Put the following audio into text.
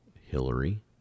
Hillary